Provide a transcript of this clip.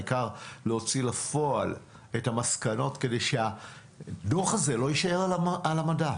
העיקר להוציא לפועל את המסקנות כדי שהדוח הזה לא יישאר על המדף,